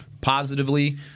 positively